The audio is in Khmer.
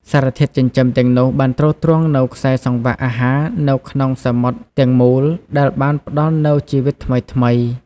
សារធាតុចិញ្ចឹមទាំងនោះបានទ្រទ្រង់នូវខ្សែសង្វាក់អាហារនៅក្នុងសមុទ្រទាំងមូល ដែលបានផ្តល់នូវជីវិតថ្មីៗ។